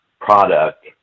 product